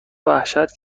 وحشت